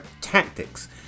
tactics